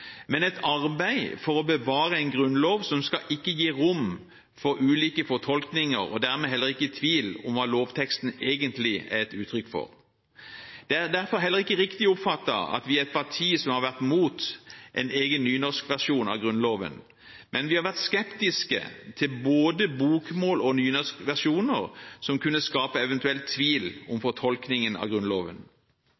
men et arbeid for å bevare en grunnlov som ikke skal gi rom for ulike fortolkninger, og dermed heller ikke så tvil om hva lovteksten egentlig er et uttrykk for. Det er derfor heller ikke riktig oppfattet at vi er et parti som har vært imot en egen nynorskversjon av Grunnloven, men vi har vært skeptiske til både bokmåls- og nynorskversjoner som kunne skape eventuell tvil om